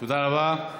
תודה רבה.